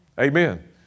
Amen